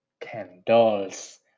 candles